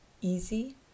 easy